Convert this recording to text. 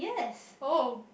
oh